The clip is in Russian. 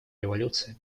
революция